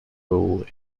rule